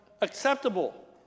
acceptable